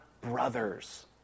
brothers